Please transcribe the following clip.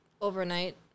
overnight